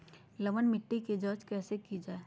लवन मिट्टी की जच कैसे की जय है?